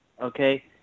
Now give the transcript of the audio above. Okay